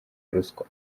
ruswa